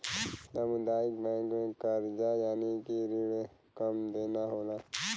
सामुदायिक बैंक में करजा यानि की रिण कम देना होला